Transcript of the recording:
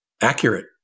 accurate